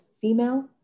female